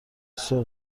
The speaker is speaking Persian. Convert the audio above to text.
سوق